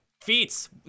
Feats